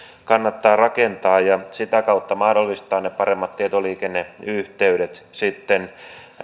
kannattaa rakentaa ja sitä kautta mahdollistaa ne paremmat tietoliikenneyhteydet sitten